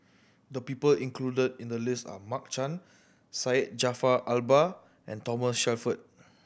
the people included in the list are Mark Chan Syed Jaafar Albar and Thomas Shelford